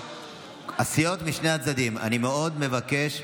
הסיעות משני הצדדים, אני מאוד מבקש.